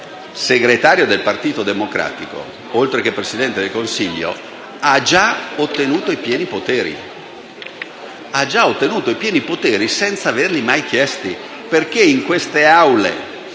segretario del Partito Democratico oltre che Presidente del Consiglio, abbia già ottenuto i pieni poteri senza averli mai chiesti. In queste Aule